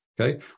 Okay